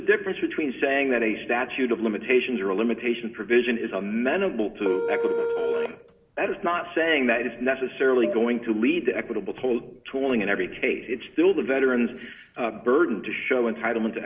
a difference between saying that a statute of limitations or a limitation provision is amenable to that is not saying that it is necessarily going to lead to equitable told tolling in every case it's still the veterans burden to show entitlement